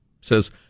says